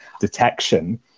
detection